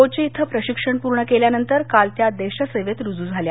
कोची ॐ प्रशिक्षण पूर्ण केल्यानंतर त्या काल देश सेवेत रुजू झाल्या